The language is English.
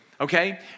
Okay